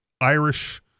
Irish